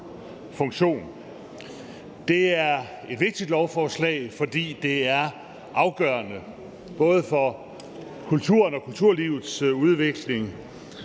Det er et vigtigt lovforslag, for det er afgørende både for kulturen og kulturlivets udvikling,